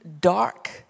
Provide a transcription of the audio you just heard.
dark